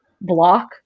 block